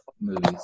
movies